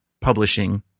publishing